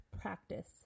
practice